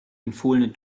empfohlene